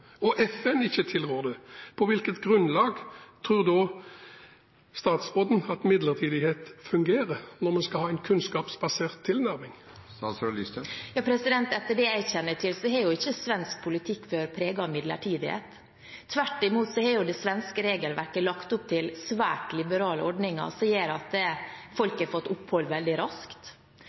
og FN ikke tilrår det – på hvilket grunnlag tror da statsråden at midlertidighet fungerer, når vi skal ha en kunnskapsbasert tilnærming? Etter det jeg kjenner til, har ikke svensk politikk vært preget av midlertidighet. Tvert imot har det svenske regelverket lagt opp til svært liberale ordninger som gjør at folk har fått opphold veldig raskt.